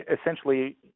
essentially